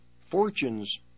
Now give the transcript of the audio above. fortunes